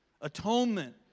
Atonement